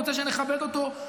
הוא רוצה שנכבד אותו,